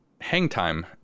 Hangtime